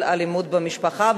על אלימות במשפחה.